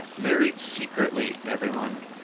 married secretly everyone.